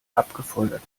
abgefeuert